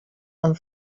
amb